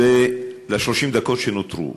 ל-30 הדקות שנותרו,